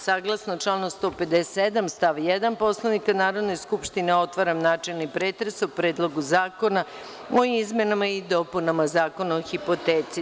Saglasno članu 157. stav 1. Poslovnika Narodne skupštine, otvaram načelni pretres o Predlogu zakona o izmenama i dopunama Zakona o hipoteci.